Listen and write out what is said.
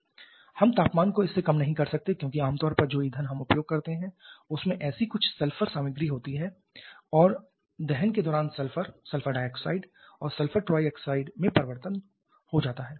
हम तापमान को इससे कम नहीं कर सकते हैं क्योंकि आम तौर पर जो ईंधन हम उपयोग करते हैं उसमें ऐसी कुछ सल्फर सामग्री हो सकती है और दहन के दौरान सल्फर सल्फर डाइऑक्साइड और सल्फर ट्राइऑक्साइड में परिवर्तित हो जाता है